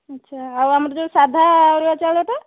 ଆଚ୍ଛା ଆଉ ଆମର ଯେଉଁ ସାଧା ଅରୁଆ ଚାଉଳଟା